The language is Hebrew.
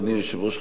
אדוני היושב-ראש,